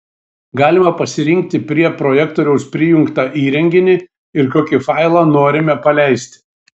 galima pasirinkti prie projektoriaus prijungtą įrenginį ir kokį failą norime paleisti